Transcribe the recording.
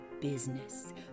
business